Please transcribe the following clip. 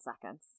seconds